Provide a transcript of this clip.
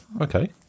okay